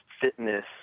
fitness